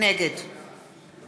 נגד